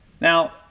Now